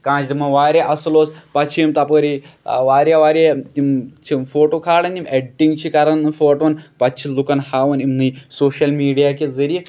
کانہہ چھُ دَپان واریاہ اَصٕل اوس پَتہٕ چھِ یِم تَپٲری واریاہ واریاہ تِم چھِ فوٹو کھالان یِم ایدِٹِنگ چھِ کران یِم فوٹوٗوَن پَتہٕ چھِ لُکن ہاوان یِمنے سوشَل میٖڈیا کہِ ذریعہِ